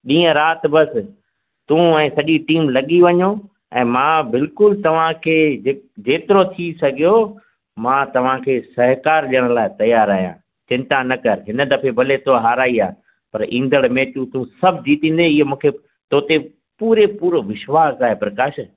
ॾींहुं राति बस तूं ऐं सॼी टीम लॻी वञो ऐं मां बिल्कुलु तव्हां खे जे जेतिरो थी सघियो मां तव्हां खे सहकारु ॾियण लाइ तयारु आहियां चिंता न कर हिन दफ़े भले थो हाराई आहे पर ईंदड़ मेचूं तूं सभु जीतींदें इहो मूंखे थो थिए पूरे पूरो विश्वासु आहे प्रकाश